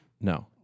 No